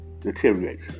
deteriorates